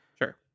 Sure